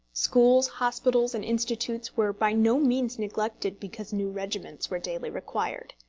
schools, hospitals, and institutes were by no means neglected because new regiments were daily required.